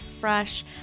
fresh